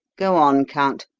go on, count.